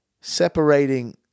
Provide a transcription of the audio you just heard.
separating